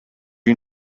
you